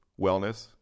wellness